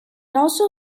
also